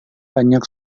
banyak